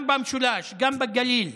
וגם במשולש, גם בגליל.